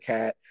Cat